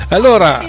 Allora